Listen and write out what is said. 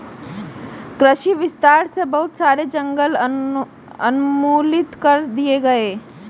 कृषि विस्तार से बहुत सारे जंगल उन्मूलित कर दिए गए